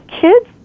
kids